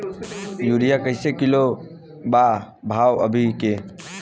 Urea कइसे kilo बा भाव अभी के?